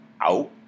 out